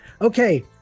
Okay